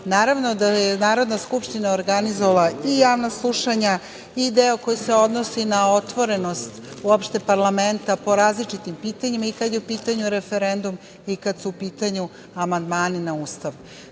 naravno da je Narodna skupština organizovala i javna slušanja i deo koji se odnosi na otvorenost uopšte parlamenta po različitim pitanjima, i kada je u pitanju referendum i kada su u pitanju amandmani na Ustav. Prema